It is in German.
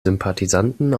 sympathisanten